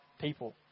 people